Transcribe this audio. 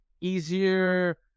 easier